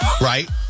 Right